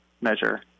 measure